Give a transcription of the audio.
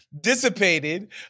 dissipated